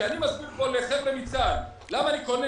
כשאני מסביר כאן לחבר'ה מהצבא למה אני קונה